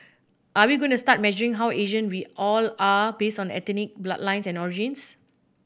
are we going to start measuring how Asian we all are based on ethnic bloodlines and origins